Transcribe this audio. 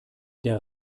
der